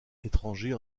étrangers